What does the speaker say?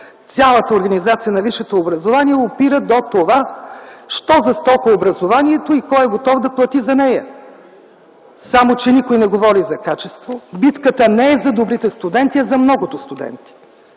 цялата организация на висшето образование опират до това що за стока е образованието и кой е готов да плати за нея. Само че никой не говори за качество. Битката не е за добрите студенти, а за многото студенти.